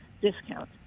discount